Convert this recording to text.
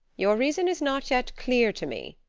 your reason is not yet clear to me,